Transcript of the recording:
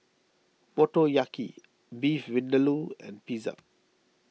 Motoyaki Beef Vindaloo and Pizza